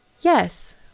Yes